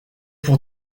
pour